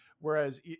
Whereas